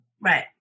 Right